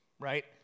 right